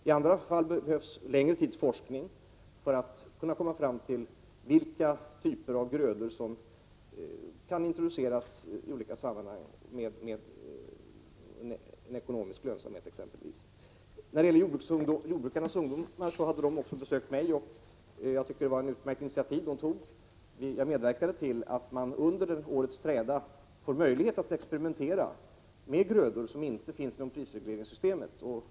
I andra fall behövs längre tids forskning för att komma fram till vilka typer av grödor som kan introduceras i olika sammanhang med ekonomisk lönsamhet. Jordbruksungdomarna har också besökt mig, och jag medverkade till att man under årets träda får möjlighet att experimentera med grödor som inte finns inom prisregleringssystemet.